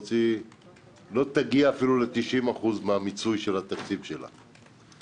תגיע אפילו ל-90% מהמיצוי של התקציב שלה.